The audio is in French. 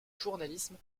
journalisme